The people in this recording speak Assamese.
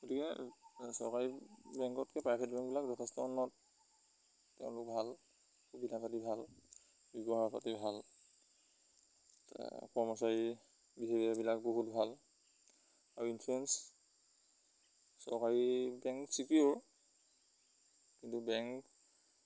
গতিকে চৰকাৰী বেংকতকৈ প্ৰাইভেট বেংকবিলাক যথেষ্ট উন্নত তেওঁলোক ভাল সুবিধা পাতি ভাল ব্যৱহাৰ পাতি ভাল কৰ্মচাৰী বিহেভিয়াৰবিলাক বহুত ভাল আৰু ইনঞ্চুৰেঞ্চ চৰকাৰী বেংক ছিকিঅ'ৰ কিন্তু বেংক